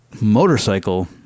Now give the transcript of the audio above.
motorcycle